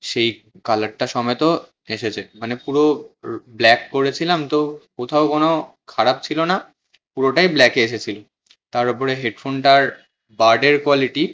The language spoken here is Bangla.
সেই কালারটা সমেতও এসেছে মানে পুরো ব্ল্যাক করেছিলাম তো কোথাও কোনো খারাপ ছিলো না পুরোটাই ব্ল্যাকে এসেছিলো তার ওপরে হেডফোনটার বাডের কোয়ালিটি